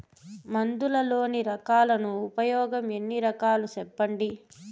మందులలోని రకాలను ఉపయోగం ఎన్ని రకాలు? సెప్పండి?